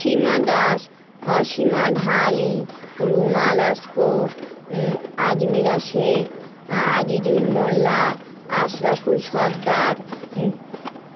Seema Das Asima Dhali Ruma Laskar Azmira Sheikh Azizul Molla Ashraful Sardar